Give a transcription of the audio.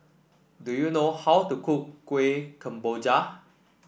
do you know how to cook Kuih Kemboja